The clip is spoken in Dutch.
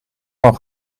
van